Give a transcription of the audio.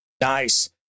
Nice